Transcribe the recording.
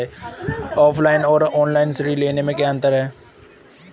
Offline और online ऋण लेने में क्या अंतर है?